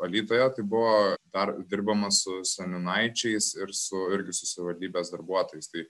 alytuje tai buvo dar dirbama su seniūnaičiais ir su irgi su savivaldybės darbuotojais tai